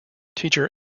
teacher